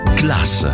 class